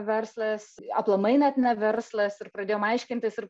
verslas aplamai net ne verslas ir pradėjom aiškintis ir